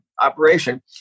operation